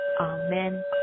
amen